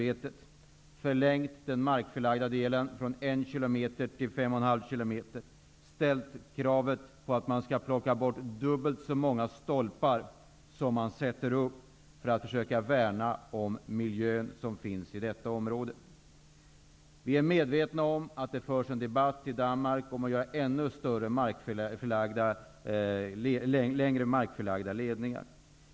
Vi har förlängt den markförlagda delen från 1 km till 5,5 km. Vi har, för att försöka värna miljön i detta område, ställt kravet att man skall plocka bort dubbelt så många stolpar som man sätter upp. Vi är medvetna om att det i Danmark förs en debatt om att göra ännu längre, markförlagda ledningar.